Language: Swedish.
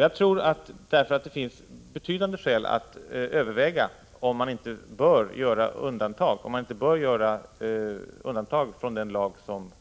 Jag tror därför att det finns betydande skäl att överväga om man inte bör göra undantag från den lag som